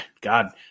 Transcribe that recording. God